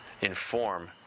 inform